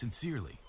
Sincerely